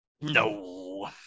No